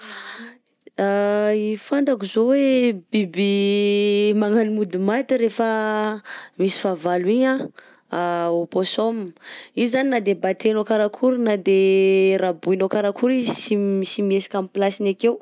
I fantako zao hoe biby magnano mody maty rehefa misy fahavalo igny anh opossum, io zany na de batainao karakory na de raboinao karakory izy sy m- sy mihesika am'plasiny akeo.